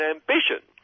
Ambition